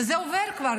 וזה עובר כבר.